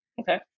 Okay